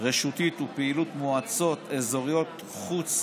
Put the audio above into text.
רשותית ופעילות מועצות אזוריות חוץ